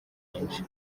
nyinshi